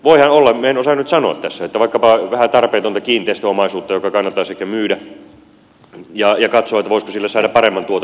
voihan olla minä en osaa nyt sanoa tässä että on vaikkapa vähän tarpeetonta kiinteistöomaisuutta joka kannattaisi ehkä myydä ja katsoa voisiko sille saada paremman tuoton jossakin